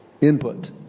input